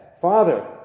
Father